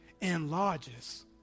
enlarges